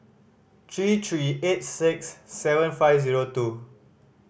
three three eight six seven five zero two